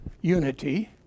unity